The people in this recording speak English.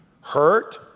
Hurt